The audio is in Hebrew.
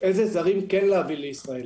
איזה זרים כן להביא לישראל.